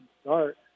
start